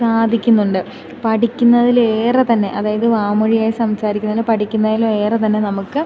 സാധിക്കുന്നുണ്ട് പഠിക്കുന്നതിലേറെ തന്നെ അതായത് വാമൊഴിയായി സംസാരിക്കുന്നതിന് പഠിക്കുന്നതിലും ഏറെ തന്നെ നമുക്ക്